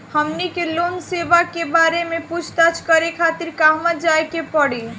हमनी के लोन सेबा के बारे में पूछताछ करे खातिर कहवा जाए के पड़ी?